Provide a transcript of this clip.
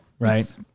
Right